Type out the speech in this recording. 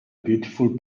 beautiful